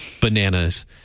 bananas